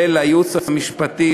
ולייעוץ המשפטי,